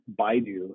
Baidu